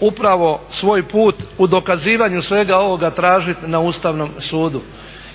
upravo, svoj put u dokazivanju svega ovoga tražit na Ustavnom sudu.